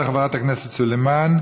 תודה רבה לחברת הכנסת סלימאן.